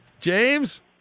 James